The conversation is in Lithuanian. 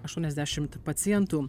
aštuoniasdešimt pacientų